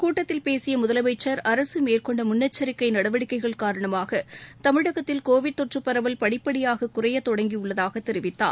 கூட்டத்தில் பேசிய முதலனமச்சர் அரசு மேற்கொண்ட முன்னெச்சிக்கை நடவடிக்கைகள் காரணமாக தமிழகத்தில் கோவிட் தொற்று பரவல் படிப்படியாக குறையத் தொடங்கியுள்ளதாக தெரிவித்தார்